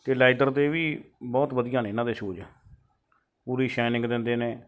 ਅਤੇ ਲੈਦਰ ਦੇ ਵੀ ਬਹੁਤ ਵਧੀਆ ਨੇ ਇਹਨਾਂ ਦੇ ਸ਼ੂਜ਼ ਪੂਰੀ ਸ਼ੈਨਿੰਗ ਦਿੰਦੇ ਨੇ